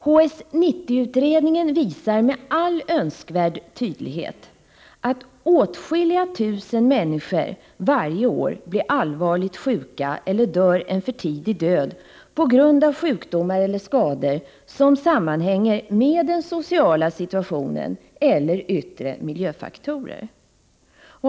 HS 90-utredningen visar med all önskvärd tydlighet att åtskilliga tusen människor varje år blir allvarligt sjuka eller dör en för tidig död på grund av sjukdomar eller skador som sammanhänger med den sociala situationen eller yttre miljöfaktorer.